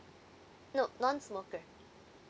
nope non-smoker